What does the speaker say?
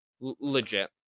Legit